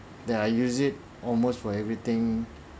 that I use it almost for everything